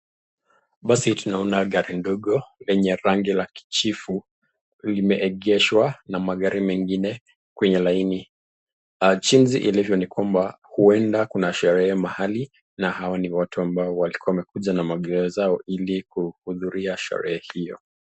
Basi tunaona gari ndongo yenye rangi la kijifu limeegeshwa na magari mengine kwenye laini. Jinsi ilivyo ni kwamba uenda kuna sherehe mahali, na hawa ni watu ambao walikuwa wamekuja na magari zao, ilikuhudhuria sherehe hiyo.